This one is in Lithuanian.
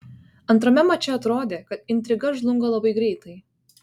antrame mače atrodė kad intriga žlunga labai greitai